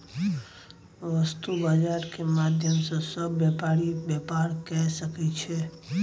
वस्तु बजार के माध्यम सॅ सभ व्यापारी व्यापार कय सकै छै